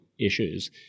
issues